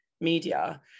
media